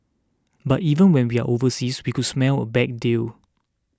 but even when we are overseas we could smell a bad deal